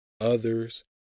others